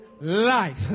life